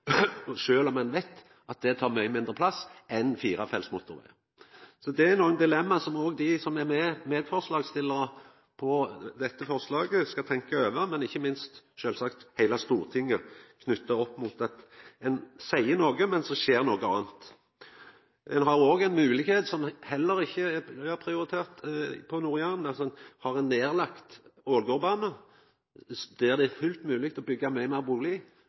om ein veit at det tar mykje mindre plass enn firefelts motorveg. Det er nokre dilemma som dei som er medforslagsstillarar på dette forslaget, skal tenkja over, men ikkje minst sjølvsagt heile Stortinget, knytt opp mot at ein seier noko, men så skjer noko anna. Ein har òg ein moglegheit som heller ikkje er prioritert på Nord-Jæren: Me har ein Ålgårdbane som er lagd ned, der det er fullt mogleg å byggja fleire bustader. I staden prioriterer ein å